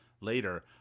later